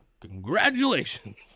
Congratulations